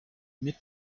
mid